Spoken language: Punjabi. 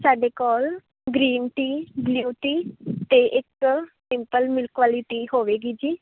ਸਾਡੇ ਕੋਲ ਗਰੀਨ ਟੀ ਬਲੂ ਟੀ ਅਤੇ ਇੱਕ ਸਿੰਪਲ ਮਿਲਕ ਵਾਲੀ ਟੀ ਹੋਵੇਗੀ ਜੀ